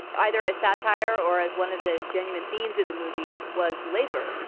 either a satire or as one of the genuine themes of the movie was labor.